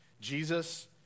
Jesus